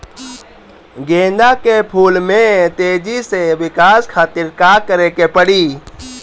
गेंदा के फूल में तेजी से विकास खातिर का करे के पड़ी?